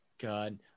God